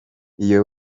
iyo